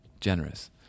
generous